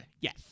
Yes